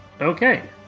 Okay